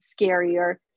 scarier